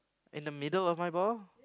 in the middle of my ball